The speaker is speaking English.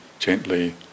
Gently